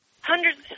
Hundreds